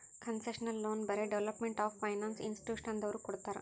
concessional loan ಬರೇ development of finance ಇನ್ಸ್ಟಿಟ್ಯೂಷನದವ್ರು ಕೊಡ್ತಾರ್